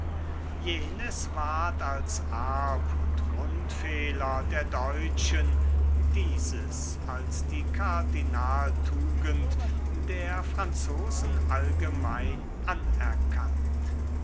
jenes ward als erb und grundfehler der deutschen dieses als die kardinaltugend der franzosen allgemein anerkannt